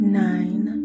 nine